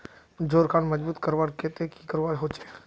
जोड़ खान मजबूत करवार केते की करवा होचए?